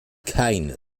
keine